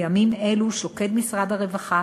בימים אלו שוקד משרד הרווחה